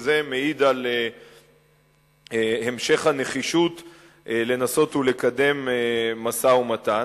וזה מעיד על המשך הנחישות לנסות ולקדם משא-ומתן.